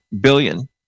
billion